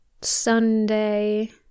Sunday